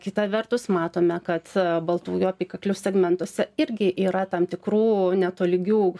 kita vertus matome kad baltųjų apykaklių segmentuose irgi yra tam tikrų netolygių